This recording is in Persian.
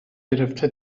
گرفته